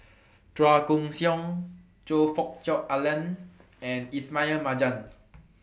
Chua Koon Siong Choe Fook Cheong Alan and Ismail Marjan